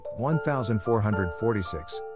1446